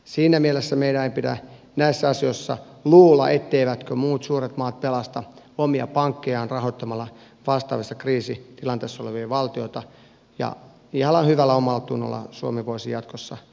siinä mielessä meidän ei pidä näissä asioissa luulla etteivätkö muut suuret maat pelasta omia pankkejaan rahoittamalla vastaavissa kriisitilanteissa olevia valtioita ja ihan hyvällä omallatunnolla suomi voisi jatkossa niistä pidättäytyä